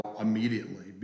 immediately